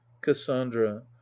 cassandra